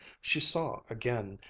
she saw again,